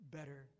Better